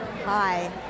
hi